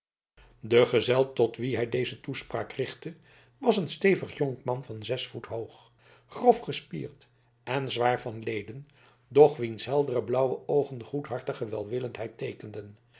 de gezel tot wien hij deze toespraak richtte was een stevig jonkman van zes voet hoog grof gespierd en zwaar van leden doch wiens heldere blauwe oogen goedhartige welwillendheid teekenden